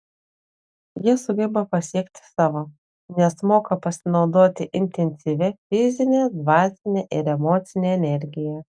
jie sugeba pasiekti savo nes moka pasinaudoti intensyvia fizine dvasine ir emocine energija